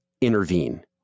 intervene